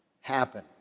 happen